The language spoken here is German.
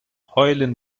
heulen